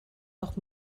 auch